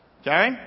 Okay